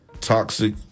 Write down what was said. toxic